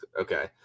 okay